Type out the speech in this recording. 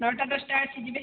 ନଅଟା ଦଶଟା ଆସିଯିବେ